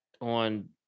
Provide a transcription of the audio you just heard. on